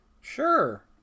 Sure